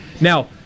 Now